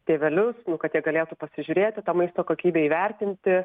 tėvelius nu kad jie galėtų pasižiūrėti tą maisto kokybę įvertinti